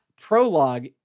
prologue